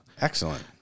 Excellent